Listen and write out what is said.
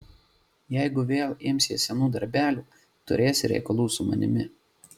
jeigu vėl imsies senų darbelių turėsi reikalų su manimi